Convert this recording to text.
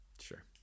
sure